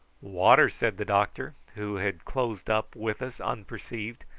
water, said the doctor, who had closed up with us unperceived.